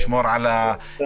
לשמור על הניקיון,